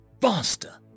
faster